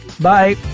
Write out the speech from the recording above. Bye